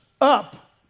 up